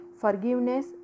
forgiveness